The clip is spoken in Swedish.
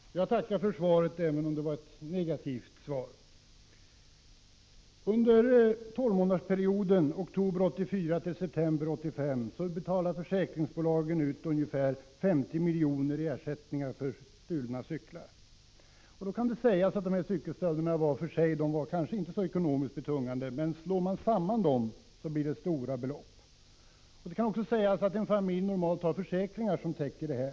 Herr talman! Jag tackar för svaret, även om det var ett negativt svar. Under tolvmånadersperioden oktober 1984-september 1985 betalade försäkringsbolagen ut ungefär 50 miljoner i ersättningar för stulna cyklar. Då kan det sägas att cykelstölderna var för sig kanske inte är så ekonomiskt betungande, men slår man samman dem blir det fråga om stora belopp. Det skall också sägas att familjerna normalt har en försäkring som täcker dessa.